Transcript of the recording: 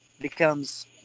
Becomes